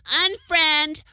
unfriend